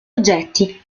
oggetti